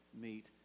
meet